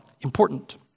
important